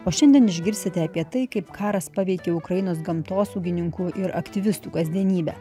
o šiandien išgirsite apie tai kaip karas paveikė ukrainos gamtosaugininkų ir aktyvistų kasdienybę